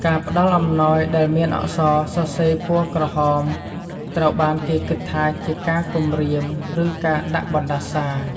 ការផ្តល់អំណោដែលមានអក្សរសរសេរពណ៍ក្រហម ត្រូវបានគេគិតថាជាការគម្រៀម ឬការដាក់បណ្ដាសា។